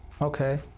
Okay